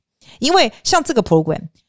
因为像这个program